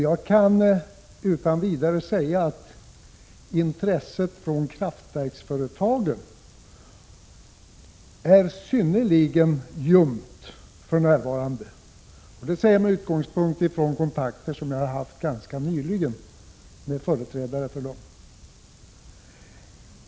Jag kan utan vidare säga att intresset från kraftverksföretagens sida är synnerligen ljumt för närvarande. Det säger jag med utgångspunkt i de kontakter som jag har haft ganska nyligen med företrädare för dem.